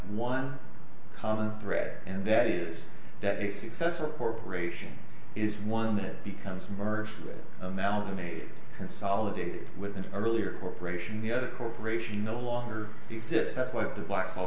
one common thread and that is that a successful corporation is one that becomes merged with amalgamate consolidated with an earlier corporation the other corporation no longer exists that's what the black